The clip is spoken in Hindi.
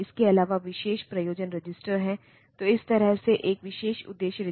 और ये असेंबलर वे असेंबली लैंग्वेज प्रोग्राम को मशीन लैंग्वेज में बदल सकते हैं